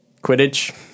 Quidditch